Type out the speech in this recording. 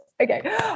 okay